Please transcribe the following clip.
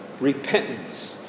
Repentance